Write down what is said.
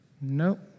No